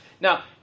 Now